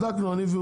בדקנו אני והוא.